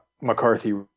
McCarthy